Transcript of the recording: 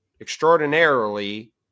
extraordinarily